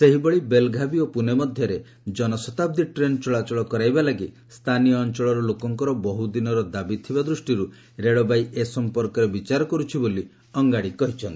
ସେହିଭଳି ବେଲଘାବୀ ଓ ପୁନେ ମଧ୍ୟରେ ଜନଶତାବ୍ଦୀ ଟ୍ରେନ୍ ଚଳାଚଳା କରାଇବା ଲାଗି ସ୍ଥାନୀୟ ଅଞ୍ଚଳର ଲୋକଙ୍କର ବହୁଦିନର ଦାବି ଥିବା ଦୃଷ୍ଟିର୍ ରେଳବାଇ ଏ ସଂପର୍କରେ ବିଚାର କରୁଛି ବୋଲି ଅଙ୍ଗାଡ଼ି କହିଚ୍ଛନ୍ତି